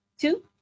Two